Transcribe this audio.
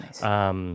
Nice